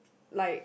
like